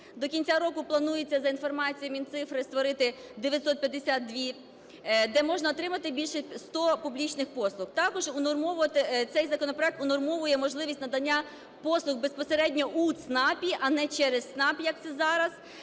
До кінця року планується, за інформацією Мінцифри, створити 952, де можна отримати більше 100 публічних послуг. Також цей законопроект унормовує можливість надання послуг безпосередньо у ЦНАПі, а не через ЦНАП, як це зараз.